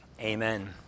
Amen